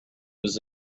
was